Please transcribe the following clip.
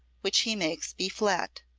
which he makes b flat,